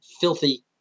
filthy